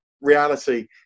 reality